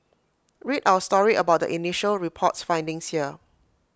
read our story about the initial report's findings here